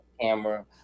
camera